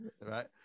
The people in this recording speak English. Right